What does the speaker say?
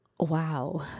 wow